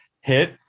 hit